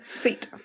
sweet